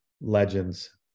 legends